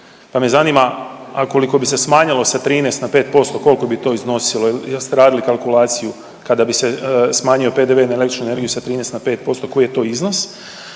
pa me zanima ako bi se smanjilo sa 13 na 5% koliko bi to iznosilo, jel ste radili kalkulaciju, kada bi se smanjio PDV na električnu energiju sa 13 na 5% koji je to iznos?